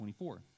24